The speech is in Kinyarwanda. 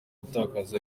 gutakaza